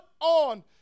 on